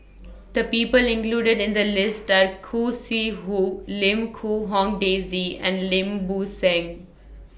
The People included in The list Are Khoo Sui Hoe Lim Quee Hong Daisy and Lim Bo Seng